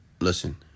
Listen